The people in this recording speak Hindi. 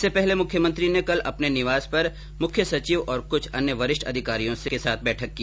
इससे पहले मुख्यमंत्री ने कल अपने आवास पर मुख्य सचिव तथा कुछ अन्य वरिष्ठ अधिकारियों के साथ बैठक की